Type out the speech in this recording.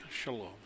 Shalom